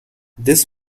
this